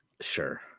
Sure